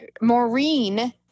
Maureen